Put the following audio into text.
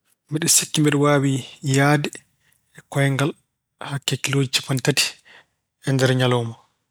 Miɗa sikki mbeɗa waawi yahde koyngal hakke kilooji capanɗe tati e nder ñalawma.